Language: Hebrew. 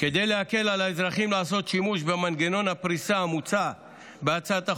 כדי להקל על האזרחים לעשות שימוש במנגנון הפריסה המוצע בהצעת החוק,